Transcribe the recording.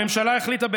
הממשלה החליטה,